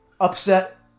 Upset